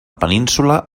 península